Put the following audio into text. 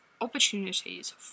opportunities